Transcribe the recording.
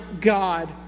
God